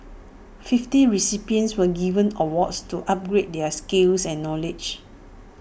fifty recipients were given awards to upgrade their skills and knowledge